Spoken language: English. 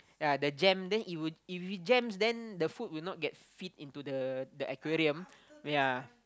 ya the jam then it would if it jams then the food will not get feed into the the aquarium yeah